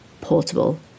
portable